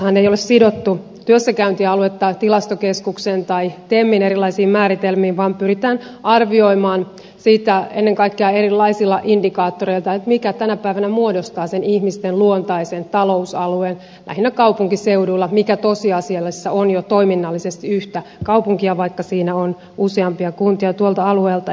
hallitusohjelmassahan ei ole sidottu työssäkäyntialuetta tilastokeskuksen tai temmin erilaisiin määritelmiin vaan pyritään arvioimaan erilaisilla indikaattoreilla ennen kaikkea sitä mikä tänä päivänä muodostaa sen ihmisten luontaisen talousalueen lähinnä kaupunkiseuduilla mikä tosiasiallisesti on jo toiminnallisesti yhtä kaupunkia vaikka siinä on useampia kuntia tuolta alueelta